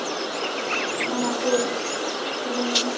ᱚᱱᱟ ᱠᱚ ᱡᱮᱢᱚᱱ